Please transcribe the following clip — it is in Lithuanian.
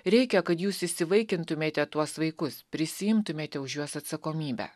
reikia kad jūs įsivaikintumėte tuos vaikus prisiimtumėte už juos atsakomybę